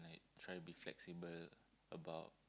try to be flexible about